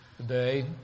today